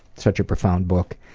such a profound book.